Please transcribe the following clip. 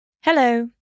Hello